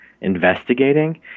investigating